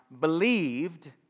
believed